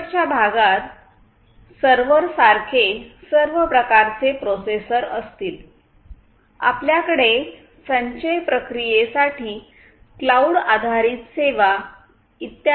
शेवटच्या भागात सर्व्हर सारखे सर्व प्रकारचे प्रोसेसर असतील आपल्याकडे संचय प्रक्रिये साठी क्लाउड आधारित सेवा इ